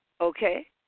okay